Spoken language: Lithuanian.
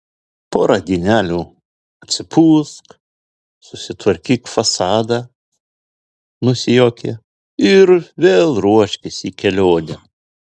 porą dienelių atsipūsk susitvarkyk fasadą nusijuokė ir vėl ruoškis į kelionę